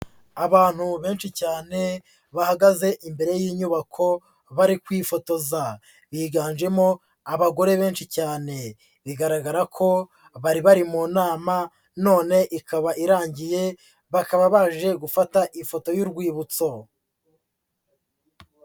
Abantu benshi cyane bahagaze imbere y'inyubako bari kwifotoza, biganjemo abagore benshi cyane, bigaragara ko bari bari mu nama none ikaba irangiye, bakaba baje gufata ifoto y'urwibutso.